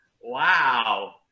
wow